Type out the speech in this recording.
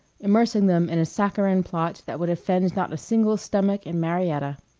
immersing them in a saccharine plot that would offend not a single stomach in marietta.